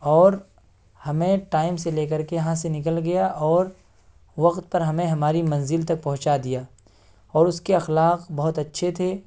اور ہمیں ٹائم سے لے کر کے یہاں سے نکل گیا اور وقت پر ہمیں ہماری منزل تک پہنچا دیا اور اس کے اخلاق بہت اچّھے تھے